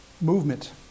movement